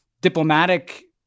diplomatic